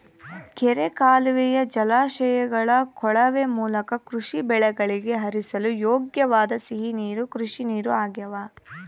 ಕೆರೆ ಕಾಲುವೆಯ ಜಲಾಶಯಗಳ ಕೊಳವೆ ಮೂಲಕ ಕೃಷಿ ಬೆಳೆಗಳಿಗೆ ಹರಿಸಲು ಯೋಗ್ಯವಾದ ಸಿಹಿ ನೀರು ಕೃಷಿನೀರು ಆಗ್ಯಾವ